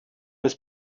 his